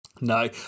No